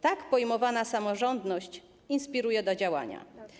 Tak pojmowana samorządność inspiruje do działania.